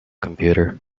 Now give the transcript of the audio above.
computer